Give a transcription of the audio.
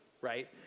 right